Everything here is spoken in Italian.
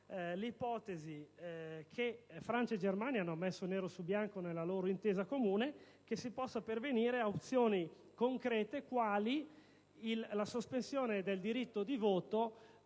addirittura, che Francia e Germania hanno messo nero su bianco nella loro intesa comune, che si possa pervenire ad opzioni concrete quali la sospensione del diritto di voto